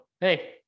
hey